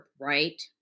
right